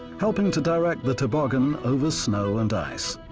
helping to direct the toboggan over snow and ice.